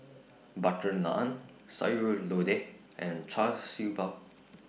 Butter Naan Sayur Lodeh and Char Siew Bao